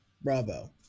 Bravo